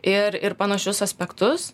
ir ir panašius aspektus